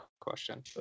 question